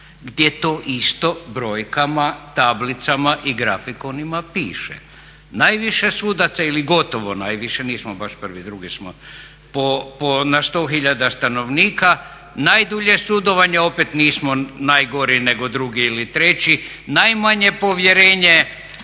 gdje to isto brojkama, tablicama i grafikonima piše. Najviše sudaca ili gotovo najviše, nismo baš prvi, drugi smo, na 100 000 stanovnika, najdulje sudovanje, opet nismo najgori nego drugi ili treći, najmanje povjerenje